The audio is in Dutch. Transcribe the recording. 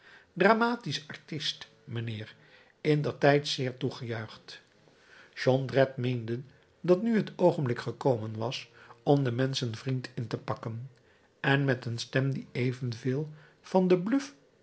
dramatisch artist mijnheer indertijd zeer toegejuicht jondrette meende dat nu het oogenblik gekomen was om den menschenvriend in te pakken en met een stem die evenveel van den bluf